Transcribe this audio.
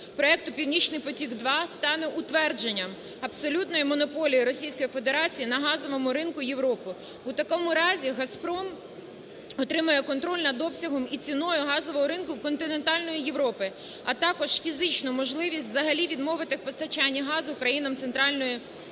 проекту "Північний потік 2" стане утвердженням абсолютної монополії Російської Федерації на газовому ринку Європи. У такому разі "Газпром" отримає контроль над обсягом і ціною газового ринку в континентальної Європи, а також фізичну можливість взагалі відмовити в постачанні газу країнам центральної Європи".